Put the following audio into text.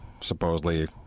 supposedly